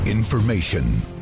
Information